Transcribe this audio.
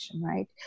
right